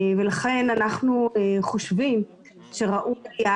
לכן אנחנו חושבים שראוי היה